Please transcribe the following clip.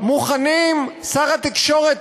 שר התקשורת,